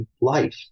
life